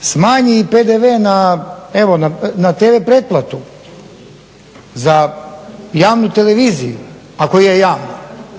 smanji PDV na tv pretplatu za javnu televiziju, ako je javna,